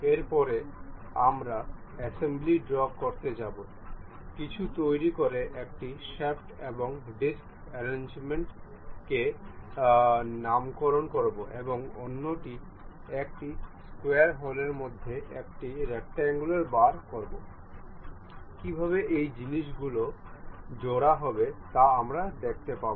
এরপরে আমরা অ্যাসেম্বলি ড্রও করতে যাব কিছু তৈরি করে একটি শ্যাফ্ট এবং ডিস্ক অর্র্যাঞ্জমেন্ট কে নামকরণ করবো এবং অন্যটি একটি স্কয়ার হোলের মধ্যে একটি রেকটাঙ্গুলার বার করবো কীভাবে এই জিনিস গুলো জড়ো হবে তা আমরা দেখতে পাব